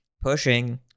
pushing